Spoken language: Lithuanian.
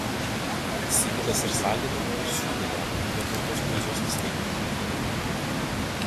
sigitas ir saldino ir sūdė ją bet nuo tos buizos vis tiek jį pykino